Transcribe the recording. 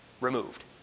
removed